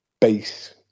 base